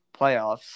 playoffs